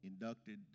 inducted